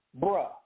Bruh